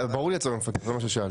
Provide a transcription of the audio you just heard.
ברור לי הצורך במפקחים זה לא מה ששאלתי,